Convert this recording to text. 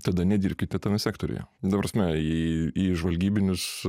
tada nedirbkite tame sektoriuje ta prasme į žvalgybinius